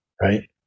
right